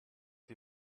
die